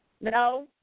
No